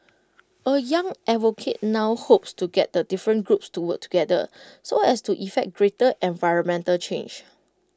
A young advocate now hopes to get the different groups to work together so as to effect greater environmental change